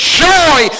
joy